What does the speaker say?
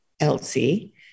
Elsie